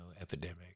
epidemic